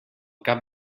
cap